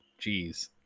Jeez